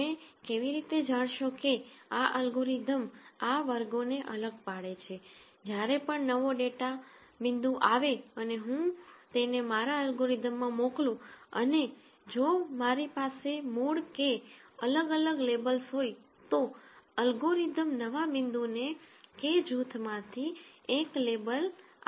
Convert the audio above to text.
તમે કેવી રીતે જાણશો કે આ અલ્ગોરિધમ આ વર્ગોને અલગ પાડે છે જ્યારે પણ નવો ડેટા પોઈન્ટ આવે અને હું તેને મારા અલ્ગોરિધમ માં મોકલું અને જો મારી પાસે મૂળ K અલગ અલગ લેબલ્સ હોય તો અલ્ગોરિધમ નવા પોઈન્ટ ને K જૂથમાંથી એક લેબલ આપવો જોઈએ